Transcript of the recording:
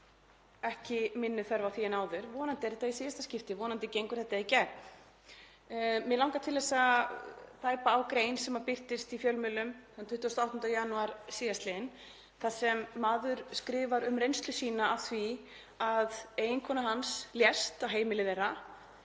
ekki minni þörf á því en áður. Vonandi er þetta í síðasta skipti og vonandi gengur þetta í gegn. Mig langar til að tæpa á grein sem birtist í fjölmiðlum 28. janúar síðastliðinn þar sem maður skrifar um reynslu sína af því að eiginkona hans lést á heimili þeirra